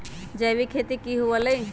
जैविक खेती की हुआ लाई?